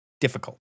difficult